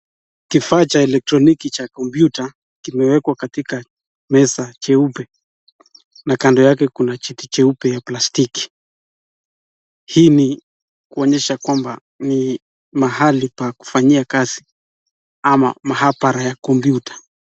Kifaa cha elektroniki cha kompyuta kimewekwa katika meza jeupe na kando yake kuna kiti cheupe ya plastiki. Hii ni kuonyesha kwamba ni mahali pa kufanyia kazi ama maabara ya (cs)kompyuta(cs).